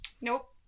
Nope